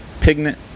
pigment